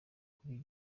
kuri